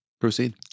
proceed